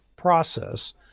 process